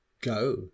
go